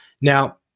Now